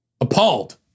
appalled